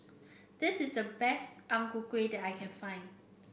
this is the best Ang Ku Kueh that I can find